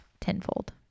tenfold